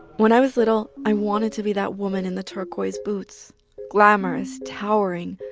when i was little, i wanted to be that woman in the turquoise boots glamorous, towering,